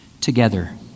together